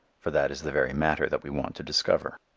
for that is the very matter that we want to discover.